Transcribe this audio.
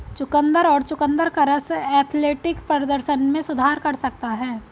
चुकंदर और चुकंदर का रस एथलेटिक प्रदर्शन में सुधार कर सकता है